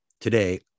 today